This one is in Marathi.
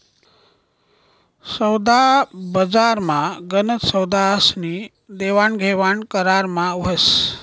सोदाबजारमा गनच सौदास्नी देवाणघेवाण करारमा व्हस